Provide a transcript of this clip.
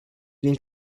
din